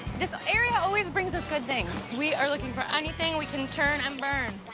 this area always brings us good things. we are looking for anything we can turn and burn.